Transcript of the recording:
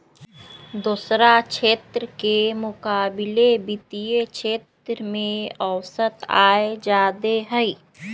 दोसरा क्षेत्र के मुकाबिले वित्तीय क्षेत्र में औसत आय जादे हई